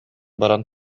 баран